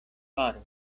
faru